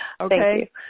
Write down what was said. Okay